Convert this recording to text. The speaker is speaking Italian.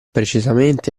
precisamente